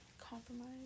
compromise